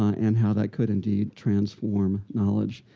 um and how that could indeed transform knowledge.